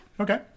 Okay